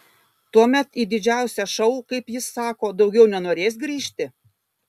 tuomet į didžiausią šou kaip jis sako daugiau nenorės grįžti